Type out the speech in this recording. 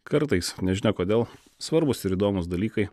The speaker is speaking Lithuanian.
kartais nežinia kodėl svarbūs ir įdomūs dalykai